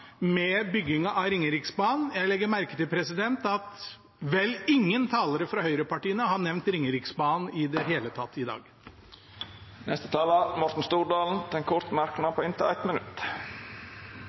med byggingen av Ringeriksbanen. Jeg legger merke til at vel ingen talere fra høyrepartiene har nevnt Ringeriksbanen i det hele tatt i dag. Representanten Morten Stordalen har hatt ordet to gonger tidlegare og får ordet til ein kort merknad,